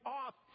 off